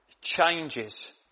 changes